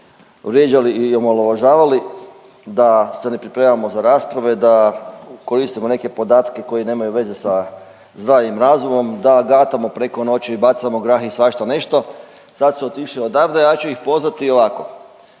vrijeđali i omalovažavali da se ne pripremamo za rasprave, da koristimo neke podatke koji nemaju veze sa zdravim razumom, da gatamo preko noći, bacamo grah i svašta nešto. Sad su otišli odavde, ja ću ih pozvati ovako